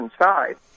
inside